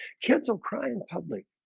kids are crying public